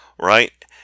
right